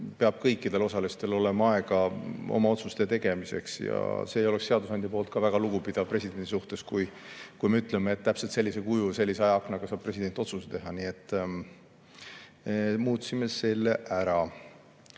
peab kõikidel osalistel olema aega oma otsuste tegemiseks. See ei oleks seadusandja poolt väga lugupidav presidendi suhtes, kui me ütleksime, et täpselt sellisel kujul, sellise ajaaknaga saab president otsuse teha. Nii et muutsime selle ära.